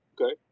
Okay